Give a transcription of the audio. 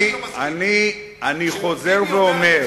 אני לא, אני חוזר ואומר: